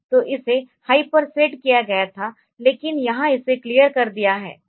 तो इसे हाई पर सेट किया गया था लेकिन यहां इसे क्लियर कर दिया है